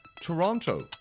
Toronto